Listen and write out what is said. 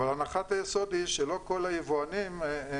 אבל הנחת היסוד היא שלא כל היבואנים הם